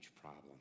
problem